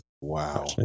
Wow